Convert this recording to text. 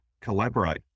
collaborate